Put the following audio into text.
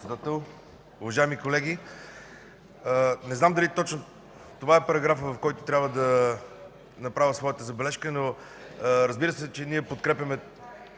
Благодаря, госпожо